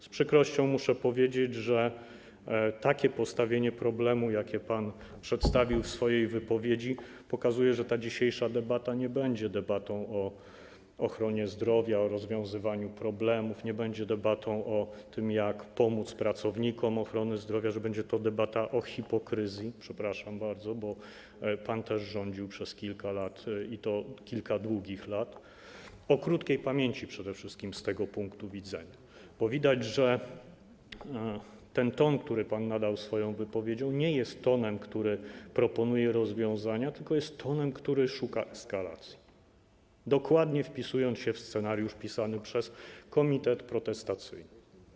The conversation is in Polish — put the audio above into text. Z przykrością muszę powiedzieć, że takie postawienie problemu, jakie pan przedstawił w swojej wypowiedzi, pokazuje, że dzisiejsza debata nie będzie debatą o ochronie zdrowia, o rozwiązywaniu problemów, nie będzie debatą o tym, jak pomóc pracownikom ochrony zdrowia, że będzie to debata o hipokryzji - przepraszam bardzo, bo pan też rządził przez kilka lat, i to kilka długich lat - o krótkiej pamięci przede wszystkim z tego punktu widzenia, bo widać, że ten ton, który pan nadał swoją wypowiedzią, nie jest tonem proponowania rozwiązań, tylko jest tonem szukania eskalacji, dokładnie wpisuje się w scenariusz pisany przez komitet protestacyjny.